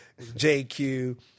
JQ